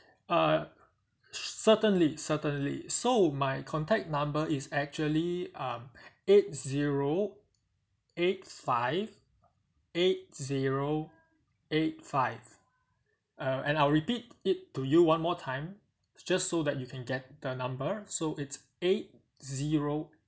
uh certainly certainly so my contact number is actually um eight zero eight five eight zero eight five uh and I'll repeat it to you one more time just so that you can get the number so it's eight zero